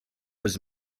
was